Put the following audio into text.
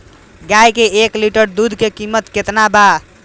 गाय के एक लीटर दुध के कीमत केतना बा?